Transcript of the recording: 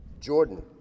Jordan